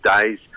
days